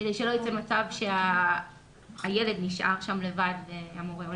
זה כדי שלא ייווצר מצב שהילד נשאר לבד והמורה הולך.